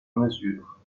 mesure